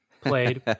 played